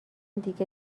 دیگه